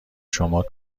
شما